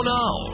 now